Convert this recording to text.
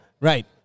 Right